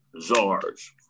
czars